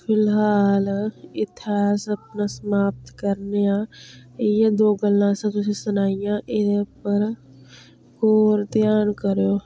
फिलहाल इत्थें अस अपना समाप्त करने आं इ'यै दो गल्लां असें तुसें सनाइयां एह्दे उप्पर गौर ध्यान करेओ